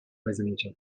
resonator